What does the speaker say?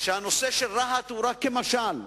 הנושא של רהט הוא רק משל,